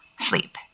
Sleep